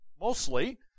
mostly